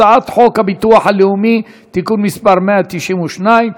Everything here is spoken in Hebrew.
הצעת חוק הביטוח הלאומי (תיקון מס' 192),